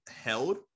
held